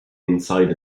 inside